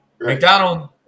McDonald